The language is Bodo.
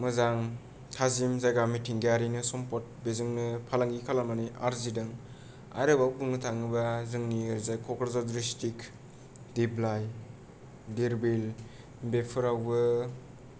मोजां थाजिम जायगा मिथिंगायारिनि सम्पद बेजोंनो फालांगि खालामनानै आर्जिदों आरोबाव बुंनो थाङोबा जोंनि ओरैजाय कक्राझार दिसट्रिक्ट दिपलाय धिर बिल बेफोरावबो